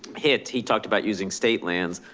hit, he talked about using state lands.